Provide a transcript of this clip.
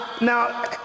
now